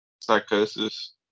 Psychosis